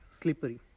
slippery